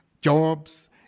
jobs